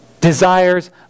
desires